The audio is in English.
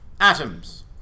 atoms